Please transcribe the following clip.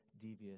devious